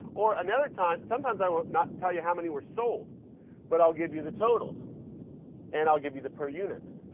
or another time, sometimes i will not tell you how many were sold but i'll give you the total and i'll give you the per units.